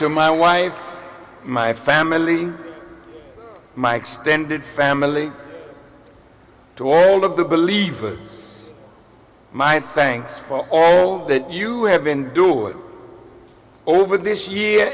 to my wife my family my extended family to all of the believers my thanks for all that you have been doing over this year